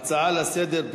ההצעה לסדר-היום,